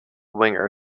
winger